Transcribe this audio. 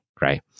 right